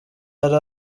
hari